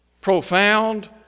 profound